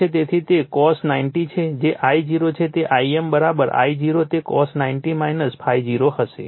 તેથી તે cos 90 છે જે I0 છે તે Im I0 તે cos 90 ∅0 હશે